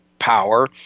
Power